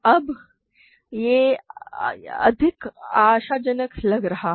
अब यह अधिक आशाजनक लग रहा है